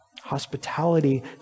Hospitality